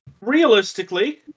Realistically